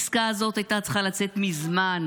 העסקה הזאת הייתה צריכה לצאת לפועל מזמן,